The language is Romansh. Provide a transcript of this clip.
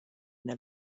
ina